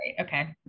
okay